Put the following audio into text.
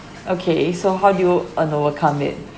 okay so how do you uh overcome it